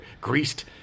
greased